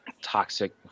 toxic